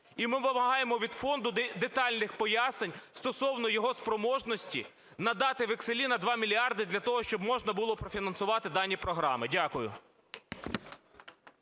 і ми вимагаємо від фонду детальних пояснень стосовно його спроможності надати векселі на 2 мільярди для того, щоб можна було профінансувати дані програми. Дякую.